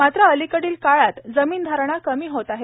मात्र अलीकडील काळात जमीन धारणा कमी होत आहे